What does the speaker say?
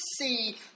see